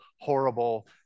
horrible